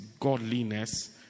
Godliness